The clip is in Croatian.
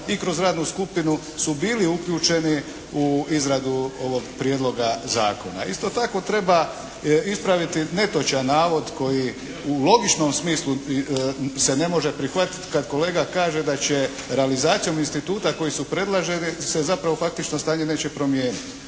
i kroz radnu skupinu su bili uključeni u izradu ovoga prijedloga zakona. Isto tako treba ispraviti netočan navod koji u logičnom smislu se ne može prihvatiti kad kolega kaže da će realizacijom instituta koji su predloženi se zapravo faktično stanje neće promijeniti.